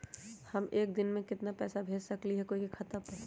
हम एक दिन में केतना पैसा भेज सकली ह कोई के खाता पर?